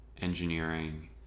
engineering